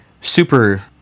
super